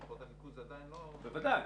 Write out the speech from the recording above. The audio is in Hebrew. בריכות הניקוז עדיין לא --- בוודאי.